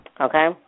Okay